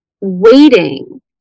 waiting